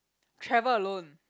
travel alone